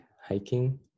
hiking